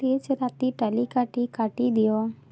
ତେଜରାତି ତାଲିକାଟି କାଟିଦିଅ